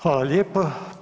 Hvala lijepo.